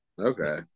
okay